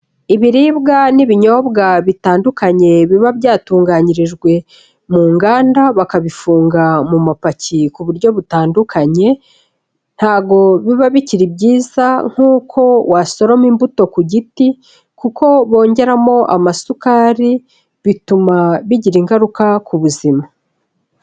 Ibiribwa n'ibinyobwa bitandukanye biba byatunganyirijwe mu nganda, bakabifunga mu mapaki ku buryo butandukanye, ntabwo biba bikiri byiza nk'uko wasoroma imbuto ku giti, kuko bongeramo amasukari bituma bigira ingaruka ku buzima.